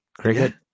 cricket